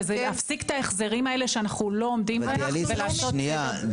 וזה יפסיק את ההחזרים האלה שאנחנו לא עומדים בהם ולעשות סדר.